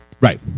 Right